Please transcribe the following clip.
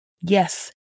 Yes